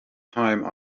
time